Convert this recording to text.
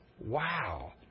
Wow